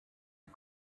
die